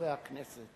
חברי הכנסת